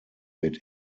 wird